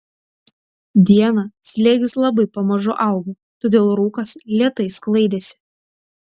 dieną slėgis labai pamažu augo todėl rūkas lėtai sklaidėsi